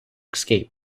escape